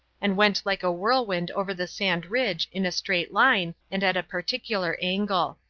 and went like a whirlwind over the sand ridge in a straight line and at a particular angle.